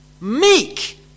meek